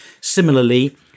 Similarly